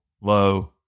low